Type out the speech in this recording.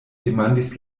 demandis